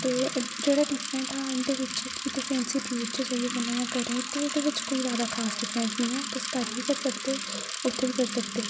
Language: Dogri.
ते जेह्ड़ा डिफरेंट हा इं'दे बिच कि तुसें इंस्टीट्यूट च जाइये करना जां करें ते एह्दे बिच कोई जादा खास डिफरेंट निं ऐ तुस घर बी करी सकदे ओ उ'त्थें बी करी सकदे